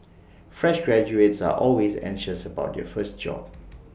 fresh graduates are always anxious about their first job